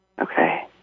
Okay